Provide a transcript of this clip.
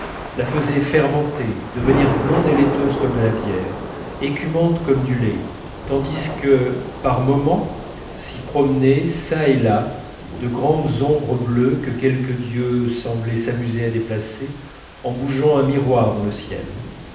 la faisait fermenter devenir blonde et laiteuse comme de la bière écumante comme du lait tandis que par moments s'y promenaient çà et là de grandes ombres bleues que quelque dieu semblait s'amuser à déplacer en bougeant un miroir dans le ciel